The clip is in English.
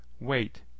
Wait